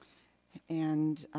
and